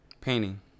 Painting